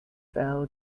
fell